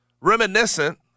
reminiscent